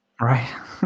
Right